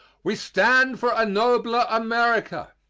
we stand for a nobler america.